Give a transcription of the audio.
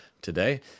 today